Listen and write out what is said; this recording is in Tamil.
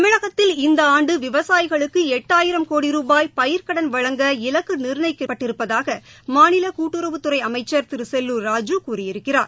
தமிழகத்தில் இந்த ஆண்டு விவசாயிகளுக்கு எட்டாயிம் கோடி ரூபாய் பயிர்க்கடன் வழங்க இலக்கு நாணயித்திருப்பதாக மாநில கூட்டுறவுத்துறை அமைச்சர் திரு செல்லுர் ராஜு கூறியிருக்கிறார்